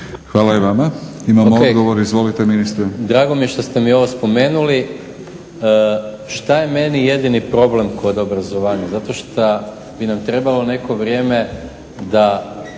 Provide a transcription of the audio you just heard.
**Maras, Gordan (SDP)** O.k. drago mi je što ste mi ovdje spomenuli. Šta je meni jedini problem kod obrazovanja? Zato što bi nam trebalo neko vrijeme da